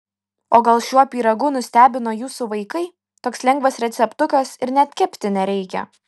o gal šiuo pyragu nustebino jūsų vaikai toks lengvas receptukas ir net kepti nereikia